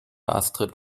astrid